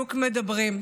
בדיוק מדברים?